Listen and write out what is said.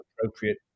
appropriate